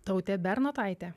tautė bernotaitė